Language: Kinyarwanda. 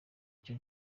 icyo